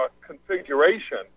configuration